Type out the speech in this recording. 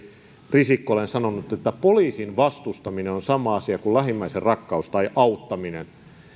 risikko olen sanonut että poliisin vastustaminen on sama asia kuin lähimmäisenrakkaus tai auttaminen